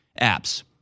apps